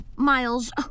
Miles